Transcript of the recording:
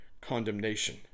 condemnation